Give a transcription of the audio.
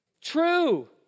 True